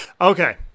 Okay